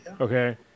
Okay